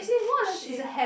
she